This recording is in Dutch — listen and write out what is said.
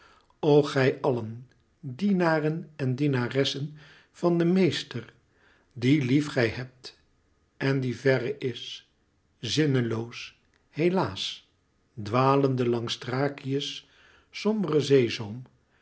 o gij allen dienaren en dienaressen van den meester dien lief gij hebt en die verre is zinneloos helaas dwalende langs thrakië's somberen zeezoom